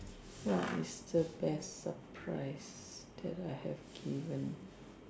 what is the best surprise that I have given